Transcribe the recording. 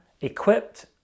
equipped